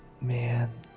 man